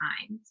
times